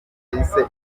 clarisse